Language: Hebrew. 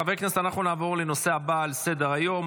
חברי הכנסת, אנחנו נעבור לנושא הבא על סדר-היום,